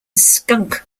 skunk